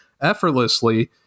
effortlessly